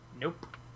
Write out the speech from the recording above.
Nope